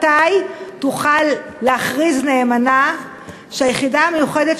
מתי תוכל להכריז נאמנה שהיחידה המיוחדת,